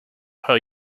her